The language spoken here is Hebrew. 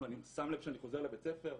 ואני שם לב שאני חוזר לבית ספר,